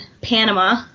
Panama